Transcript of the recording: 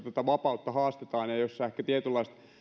tätä vapautta haastetaan ja jossa tietynlaiset